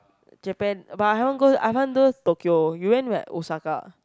Japan but I haven't go I haven't go Tokyo you went where Osaka